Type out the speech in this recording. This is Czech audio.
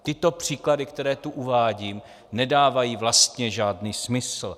Tyto příklady, které tu uvádím, nedávají vlastně žádný smysl.